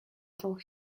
told